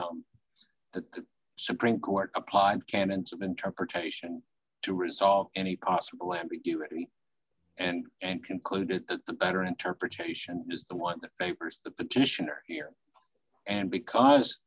the the supreme court applied canons of interpretation to resolve any possible ambiguity and and concluded that the better interpretation is the what the papers the petitioner here and because